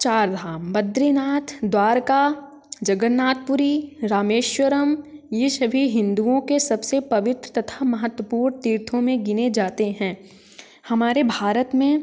चार धाम बद्रीनाथ द्वारका जगन्नाथपुरी रामेश्वरम ये सभी हिन्दुओं के सबसे पवित्र तथा महत्तपूर्ण तीर्थों में गिने जाते हैं हमारे भारत में